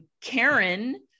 Karen